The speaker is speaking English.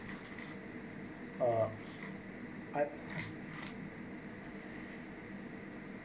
uh I